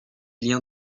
liens